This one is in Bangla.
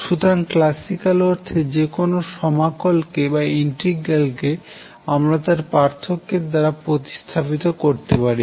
সুতরাং ক্লাসিক্যাল অর্থে যে কোন সমাকলকে আমরা তার পার্থক্য দ্বারা প্রতিস্থাপিত করতে পারি